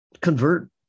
convert